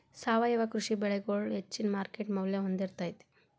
ಸಾವಯವ ಕೃಷಿ ಬೆಳಿಗೊಳ ಹೆಚ್ಚಿನ ಮಾರ್ಕೇಟ್ ಮೌಲ್ಯ ಹೊಂದಿರತೈತಿ